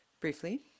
briefly